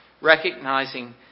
recognizing